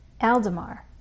Aldemar